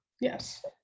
Yes